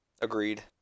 Agreed